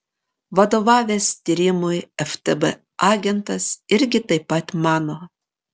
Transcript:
vadovavęs tyrimui ftb agentas irgi taip pat mano